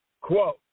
Quote